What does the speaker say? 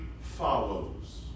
follows